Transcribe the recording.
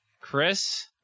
Chris